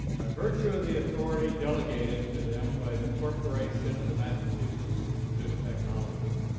by virtue of the authority delegated to them by the corporation of the massachusetts institute of technology,